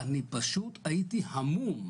אני פשוט הייתי המום